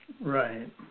Right